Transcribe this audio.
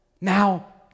Now